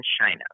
China